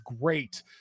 great